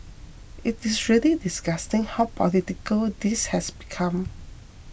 it is really disgusting how political this has become